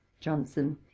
Johnson